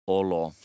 olo